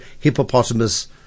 hippopotamus